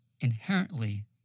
inherently